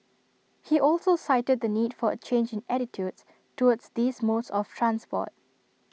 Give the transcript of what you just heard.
he also cited the need for A change in attitudes towards these modes of transport